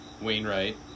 Wainwright